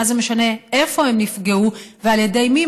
מה זה משנה איפה הם נפגעו ועל ידי מי,